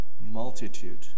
multitude